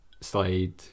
Slide